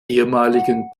ehemaligen